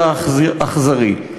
אלא אכזרי.